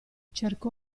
cercò